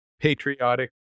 patriotic